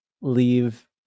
leave